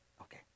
Okay